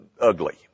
ugly